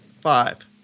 Five